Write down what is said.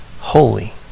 holy